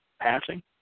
passing